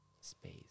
space